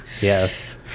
Yes